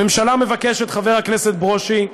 הממשלה מבקשת, חבר הכנסת ברושי,